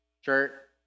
shirt